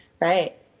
Right